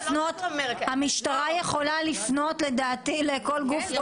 המשטרה יכולה לפנות לדעתי לכל גוף,